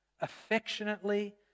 affectionately